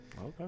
Okay